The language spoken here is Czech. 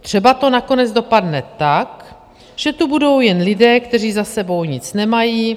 Třeba to nakonec dopadne tak, že tu budou jen lidé, kteří za sebou nic nemají.